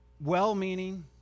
Well-meaning